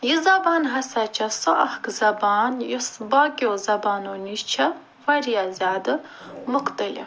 یہِ زبان ہسا چھِ سۄ اَکھ زبان یۄس باقِیُو زبانُو نِش چھِ واریاہ زیادٕ مختلف